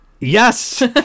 Yes